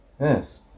Yes